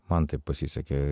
man taip pasisekė